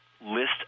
list